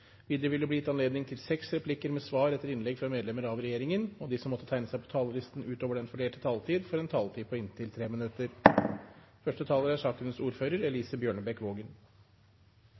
Videre vil det bli gitt anledning til inntil seks replikker med svar etter innlegg fra medlemmer av regjeringen, og de som måtte tegne seg på talerlisten utover den fordelte taletid, får også en taletid på inntil 3 minutter. I denne stortingsmeldingen gis det en situasjonsrapport for jernbanesektoren, med spesiell oppmerksomhet på gjennomføringen av tre